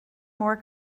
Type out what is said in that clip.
more